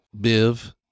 Biv